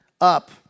up